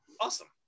awesome